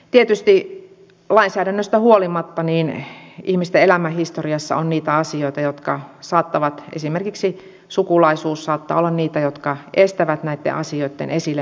tietysti lainsäädännöstä huolimatta ihmisten elämänhistoriassa on niitä asioita jotka saattavat olla esimerkiksi sukulaisuus saattaa olla niitä jotka estävät näitten asioitten esille nostamista